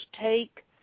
take